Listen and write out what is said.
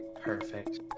Perfect